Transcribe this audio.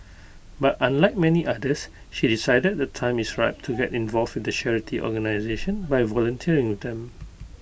but unlike many others she decided the time is ripe to get involved with the charity organisation by volunteering with them